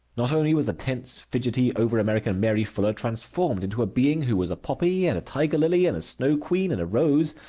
not only was the tense, fidgety, over-american mary fuller transformed into a being who was a poppy and a tiger-lily and a snow-queen and a rose,